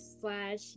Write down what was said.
slash